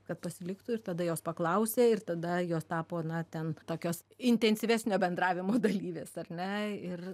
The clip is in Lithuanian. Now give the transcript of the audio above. kad pasiliktų ir tada jos paklausė ir tada jos tapo na ten tokios intensyvesnio bendravimo dalyvės ar ne ir